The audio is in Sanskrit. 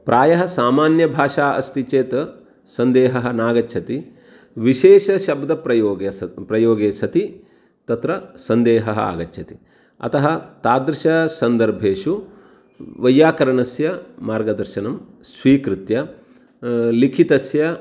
प्रायः सामान्यभाषा अस्ति चेत् सन्देहः नागच्छति विशेषश्ब्दप्रयोगे सति प्रयोगे सति तत्र सन्देहः आगच्छति अतः तादृशसन्दर्भेषु वैयाकरणस्य मार्गदर्शनं स्वीकृत्य लिखितस्य